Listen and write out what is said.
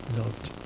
loved